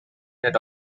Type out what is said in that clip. head